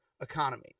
economy